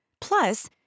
Plus